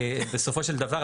ובסופו של דבר,